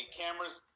cameras